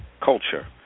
culture